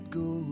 go